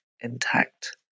intact